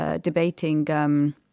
debating